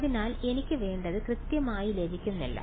അതിനാൽ എനിക്ക് വേണ്ടത് കൃത്യമായി ലഭിക്കുന്നില്ല